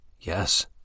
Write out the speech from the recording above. Yes